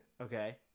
Okay